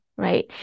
Right